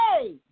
Hey